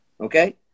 Okay